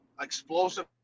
explosive